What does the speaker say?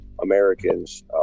Americans